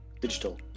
digital